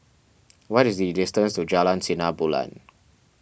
what is the distance to Jalan Sinar Bulan